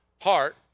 heart